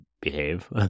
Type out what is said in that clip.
behave